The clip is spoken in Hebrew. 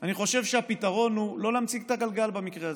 אני חושב שהפתרון הוא לא להמציא את הגלגל במקרה הזה.